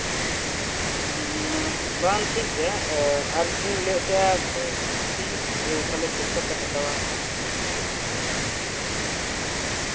ᱵᱟᱝ ᱴᱷᱤᱠ ᱜᱮᱭᱟ ᱟᱨ ᱤᱧ ᱞᱟᱹᱭ ᱮᱫ ᱛᱟᱸᱦᱮᱱᱟ ᱯᱷᱤᱥ ᱛᱟᱦᱞᱮ ᱪᱮᱫ ᱞᱮᱠᱟ ᱯᱮ ᱦᱟᱛᱟᱣᱟ